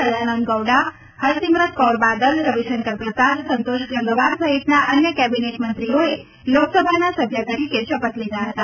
સદાનંદ ગૌડા હરસીમરત કૌર બાદલ રવિશંકર પ્રસાદ સંતોષ ગંગાવાર સહિતના અન્ય કેબિનેટ મંત્રીઓએ લોકસભાના સભ્ય તરીકે શપથ લીધા હતા